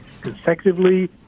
consecutively